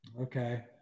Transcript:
Okay